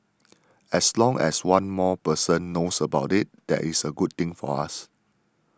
as long as one more person knows about it that is a good thing for us